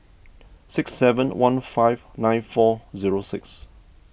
six seven one five nine four zero six